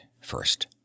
First